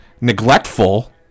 neglectful